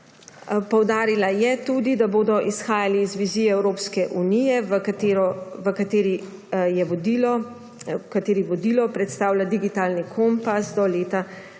Poudarila je tudi, da bodo izhajali iz vizije Evropske unije, katere vodilo predstavlja digitalni kompas do leta